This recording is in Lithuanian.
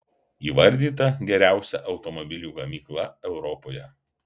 įvardyta geriausia automobilių gamykla europoje